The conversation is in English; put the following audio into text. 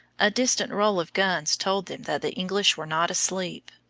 a distant roll of guns told them that the english were not asleep.